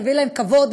זה יביא להם כבוד,